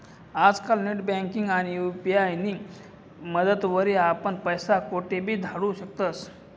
आजकाल नेटबँकिंग आणि यु.पी.आय नी मदतवरी आपण पैसा कोठेबी धाडू शकतस